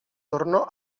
tornò